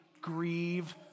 grieve